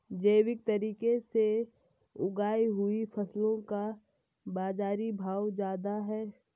जैविक तरीके से उगाई हुई फसलों का बाज़ारी भाव ज़्यादा है